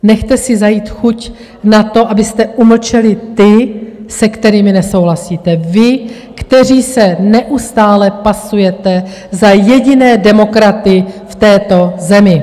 Nechte si zajít chuť na to, abyste umlčeli ty, s kterými nesouhlasíte vy, kteří se neustále pasujete za jediné demokraty v této zemi!